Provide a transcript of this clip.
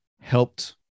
helped